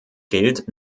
geld